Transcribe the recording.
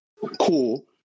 cool